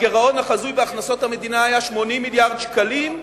הגירעון החזוי בהכנסות המדינה היה 80 מיליארד שקלים.